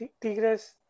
Tigres